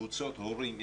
קבוצות הורים,